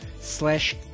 slash